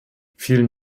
vielen